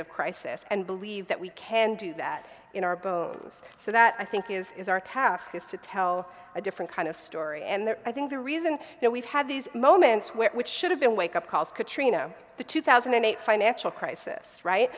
of crisis and believe that we can do that in our bones so that i think is our task is to tell a different kind of story and i think the reason that we've had these moments which should have been wake up calls katrina the two thousand and eight financial crisis right